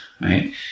right